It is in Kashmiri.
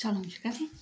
سلام چھِ کرٕنۍ